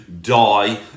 die